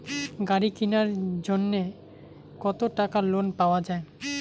গাড়ি কিনার জন্যে কতো টাকা লোন পাওয়া য়ায়?